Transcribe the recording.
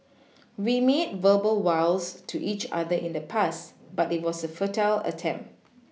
we made verbal vows to each other in the past but it was a futile attempt